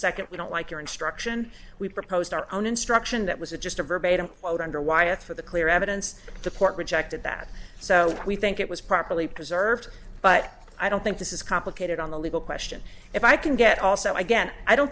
second we don't like your instruction we proposed our own instruction that was just a verbatim quote under wyatt for the clear evidence to support rejected that so we think it was properly preserved but i don't think this is complicated on the legal question if i can get also again i don't